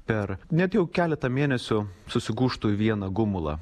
per net jau keletą mėnesių susigūžtų į vieną gumulą